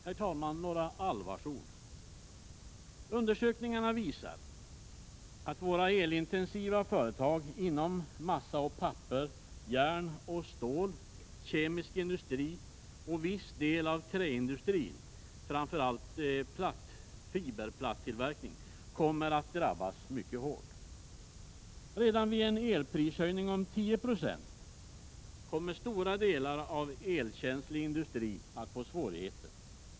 Herr talman! Några allvarsord: Undersökningarna visar att de elintensiva företagen inom massa och papper, järn och stål, kemisk industri och viss del av träindustrin, framför allt tillverkningen av fiberplattor, kommer att drabbas mycket hårt. Redan vid en elprishöjning om 10 96 kommer stora delar av elkänslig industri att få svårigheter.